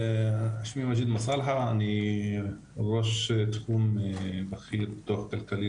שמי מג'יד מסאלחה אני ראש תחום בכיר לפיתוח כלכלי